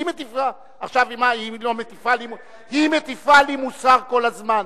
היא מטיפה לי מוסר כל הזמן.